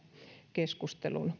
keskustelun